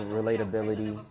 relatability